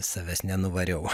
savęs nenuvariau